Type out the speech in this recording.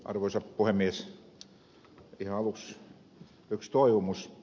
ihan aluksi yksi toivomus